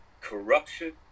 corruption